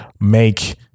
make